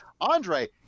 andre